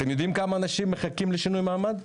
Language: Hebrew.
אתם יודעים כמה אנשים מחכים לשינוי מעמד?